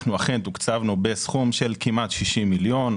אנחנו אכן תוקצבנו בסכום של כמעט 60 מיליון.